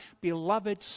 beloved